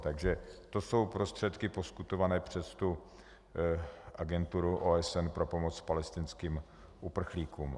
Takže to jsou prostředky poskytované přes Agenturu OSN pro pomoc palestinským uprchlíkům.